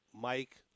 Mike